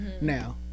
Now